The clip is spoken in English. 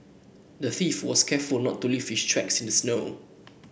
the thief was careful to not leave his tracks in the snow